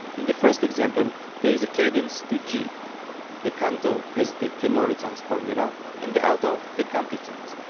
in the first example there is a cadence to g the canto has the tenorizans formula and the alto the cantizans.